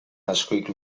askorik